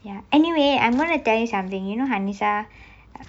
ya anyway I'm going to tell you something you know hanisah